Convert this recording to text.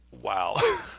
Wow